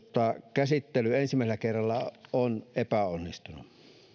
käsittely ensimmäisellä kerralla on epäonnistunut